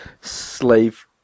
slave